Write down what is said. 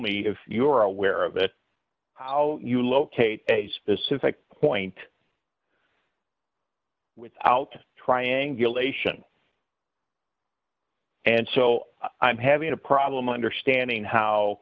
me if you're aware of it how you locate a specific point without triangulation and so i'm having a problem understanding how